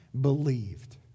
believed